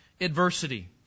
adversity